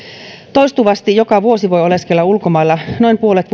toistuvasti joka vuosi voi oleskella ulkomailla noin puolet